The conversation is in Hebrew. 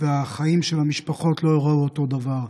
והחיים של המשפחות לא ייראו אותו הדבר.